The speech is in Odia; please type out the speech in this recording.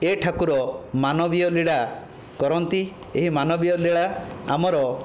ଏ ଠାକୁର ମାନବୀୟ ଲୀଳା କରନ୍ତି ଏହି ମାନବୀୟ ଲୀଳା ଆମର